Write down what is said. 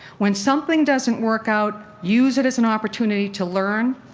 when something doesn't work out, use it as an opportunity to learn,